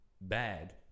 Bad